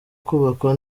kubakwa